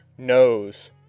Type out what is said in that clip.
knows